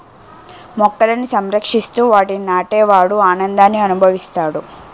మొక్కలని సంరక్షిస్తూ వాటిని నాటే వాడు ఆనందాన్ని అనుభవిస్తాడు